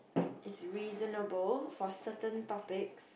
it's reasonable for certain topics